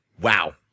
Wow